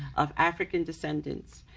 of african descendants.